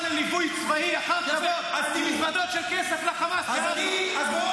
לליווי צבאי אחר כבוד עם מזוודות של כסף לחמאס בעזה.